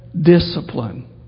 discipline